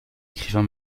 écrivain